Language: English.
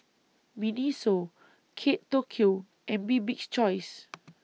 Miniso Kate Tokyo and Bibik's Choice